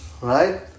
Right